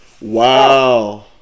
Wow